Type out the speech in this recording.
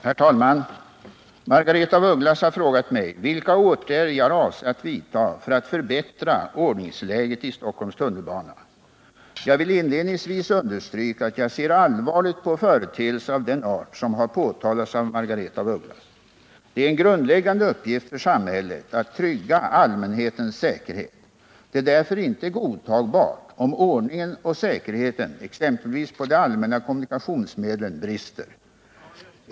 Herr talman! Margaretha af Ugglas har frågat mig vilka åtgärder jag avser att vidta för att förbättra ordningsläget i Stockholms tunnelbana. Jag vill inledningsvis understryka att jag ser allvarligt på företeelser av den art som har påtalats av Margaretha af Ugglas. Det är en grundläggande uppgift för samhället att trygga allmänhetens säkerhet. Det är därför inte godtagbart om ordningen och säkerheten exempelvis på de allmänna kommunikationsmedlen brister.